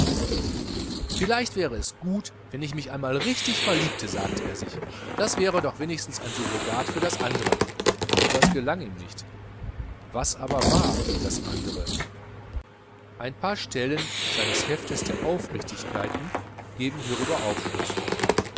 vielleicht wäre es gut wenn ich mich einmal richtig verliebte sagte er sich das wäre doch wenigstens ein surrogat für das andere aber es gelang ihm nicht was aber war das andere ein paar stellen seines heftes der aufrichtigkeiten geben darüber aufschluß